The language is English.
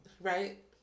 Right